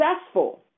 successful